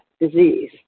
disease